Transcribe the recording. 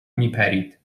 میپرید